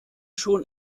schon